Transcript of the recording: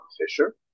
Fisher